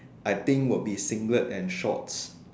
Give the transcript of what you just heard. I think would be singlet and shorts